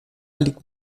liegt